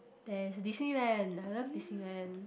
there's Disneyland I love Disneyland